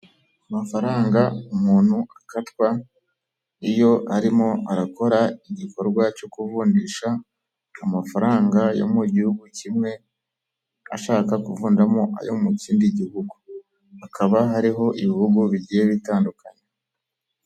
Amafaranga umuntu akatwa iyo arimo arakora igikorwa cyo kuvunjisha amafaranga yo mu gihugu kimwe ashaka kuvunjamo ayo mu kindi gihugu, hakaba hariho ibihugu bigiye bitandukanye.